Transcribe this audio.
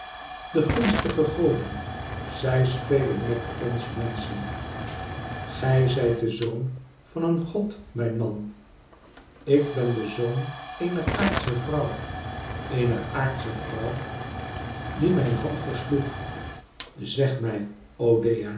de gunstige goden zij spélen met ons menschen gij zijt de zoon van een god mijn man ik ben de zoon eener aardsche vrouw eener aardsche vrouw die mijn hand versloeg zeg mij